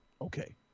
okay